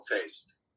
taste